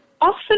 often